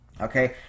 Okay